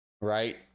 right